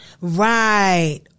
Right